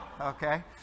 okay